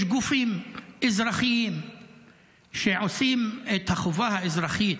יש גופים אזרחיים שעושים את החובה האזרחית